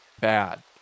bad